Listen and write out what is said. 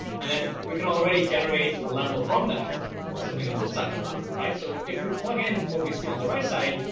and then we can already generate a level from that or something that looks like a level. so if we plug in what we see on the right side,